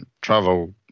Travel